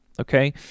okay